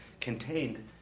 contained